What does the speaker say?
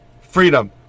freedom